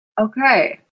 Okay